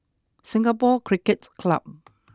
Singapore Cricket Club